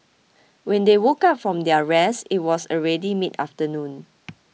when they woke up from their rest it was already mid afternoon